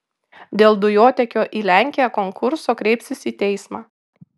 dėl dujotiekio į lenkiją konkurso kreipsis į teismą